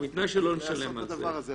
ובתנאי שלא נשלם על זה.